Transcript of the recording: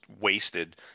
wasted